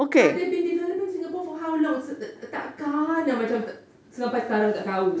but they've been developing singapore for how long takkan lah macam sampai sekarang tak tahu